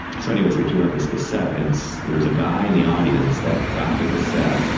so anyways, they threw out this cassette and so there was a guy in the audience that got the cassette,